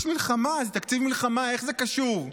יש מלחמה, אז תקציב מלחמה, איך זה קשור?